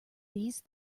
these